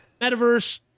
metaverse